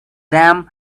dam